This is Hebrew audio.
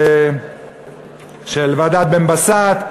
ועדת בן-בסט,